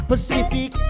Pacific